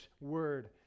word